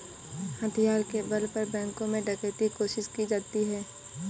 हथियार के बल पर बैंकों में डकैती कोशिश की जाती है